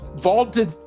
vaulted